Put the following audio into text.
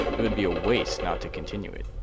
it would be a waste not to continue it.